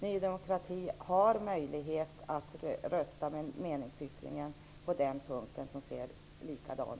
Ny demokrati har möjlighet att rösta med meningsyttringen på den punkten.